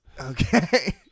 okay